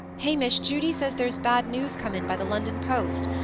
hamish, judy says there's bad news come in by the london post.